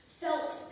felt